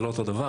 זה לא אותו דבר,